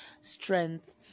strength